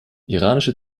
iranische